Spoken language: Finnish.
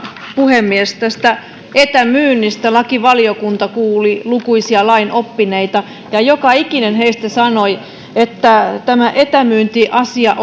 puhemies tästä etämyynnistä lakivaliokunta kuuli lukuisia lainoppineita ja joka ikinen heistä sanoi että tämä etämyyntiasia